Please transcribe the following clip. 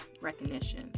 recognition